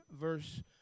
verse